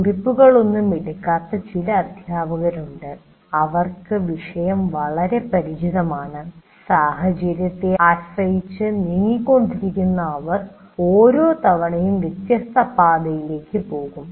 കുറിപ്പുകളൊന്നും എടുക്കാത്ത ചില അധ്യാപകരുണ്ട് അവർക്ക് വിഷയം വളരെ പരിചിതമാണ് സാഹചര്യത്തെ ആശ്രയിച്ച് നീങ്ങിക്കൊണ്ടിരിക്കുന്ന അവർ ഓരോ തവണയും വ്യത്യസ്ത പാതയിലേക്ക് പോകും